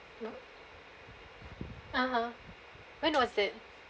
no mmhmm when was it when was it